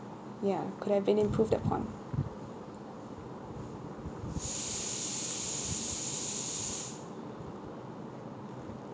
ya could have been improved upon